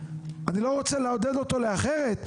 אני לא רוצה לעודד אותו לאחרת,